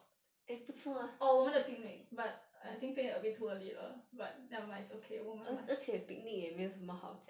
oh 我们的 picnic but I think picnic a bit too early 了 but never mind it's okay 我们 must